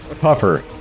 Puffer